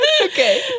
Okay